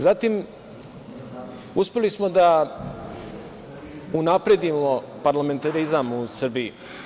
Zatim, uspeli smo da unapredimo parlamentarizam u Srbiji.